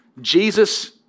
Jesus